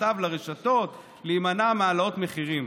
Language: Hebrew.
מכתב לרשתות להימנע מהעלאות מחירים.